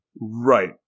right